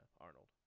Arnold